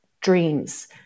dreams